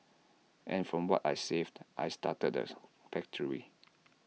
and from what I saved I started theirs factory